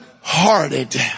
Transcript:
hearted